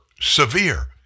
severe